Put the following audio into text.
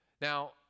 Now